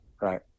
right